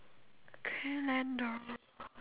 calendar